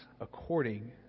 according